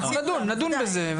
נדון בזה.